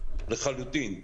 לחלוטין.